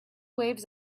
waves